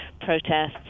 protests